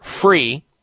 free